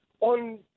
on